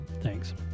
Thanks